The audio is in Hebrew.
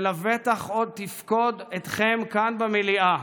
שלבטח עוד תפקוד אתכם כאן במליאה,